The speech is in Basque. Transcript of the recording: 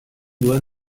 duen